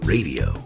Radio